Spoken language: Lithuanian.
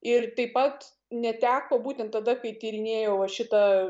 ir taip pat neteko būtent tada kai tyrinėjau aš šitą